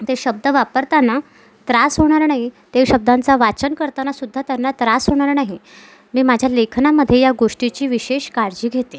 ते शब्द वापरताना त्रास होणार नाही ते शब्दांचा वाचन करतानासुद्धा त्यांना त्रास होणार नाही मी माझ्या लेखनामध्ये या गोष्टीची विशेष काळजी घेते